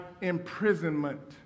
imprisonment